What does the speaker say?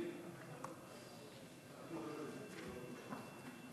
סעיפים 1 4 נתקבלו.